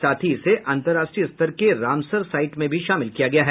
साथ ही इसे अंतराष्ट्रीय स्तर के रामसर साईट में भी शामिल किया गया है